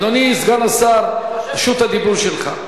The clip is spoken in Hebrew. אדוני, סגן השר, רשות הדיבור לך.